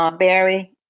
um barry,